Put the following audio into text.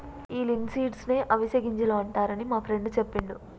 ఈ లిన్సీడ్స్ నే అవిసె గింజలు అంటారని మా ఫ్రెండు సెప్పిండు